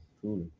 truly